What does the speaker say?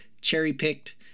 cherry-picked